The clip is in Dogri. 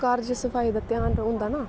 घर च सफाई दा ध्यान होंदा ना